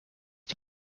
die